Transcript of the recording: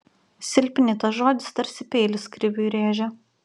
silpni tas žodis tarsi peilis kriviui rėžė